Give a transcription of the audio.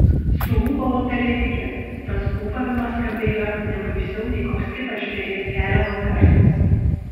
suūbavo pelėdikė tas ūbavimas skambėjo ne baisiau nei koks kitas žvėries keliamas garsas